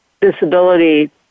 disability